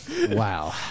Wow